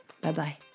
Bye-bye